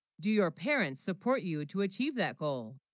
do your parents support you to achieve that goal